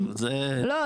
לא,